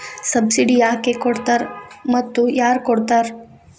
Subsidy ಯಾಕೆ ಕೊಡ್ತಾರ ಮತ್ತು ಯಾರ್ ಕೊಡ್ತಾರ್?